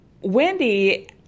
Wendy